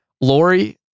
Lori